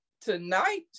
Tonight